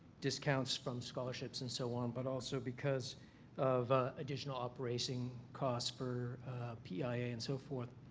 discounts from scholarships and so on, but also because of additional operating costs for peia and so forth,